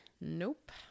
Nope